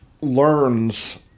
learns